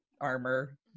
armor